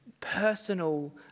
personal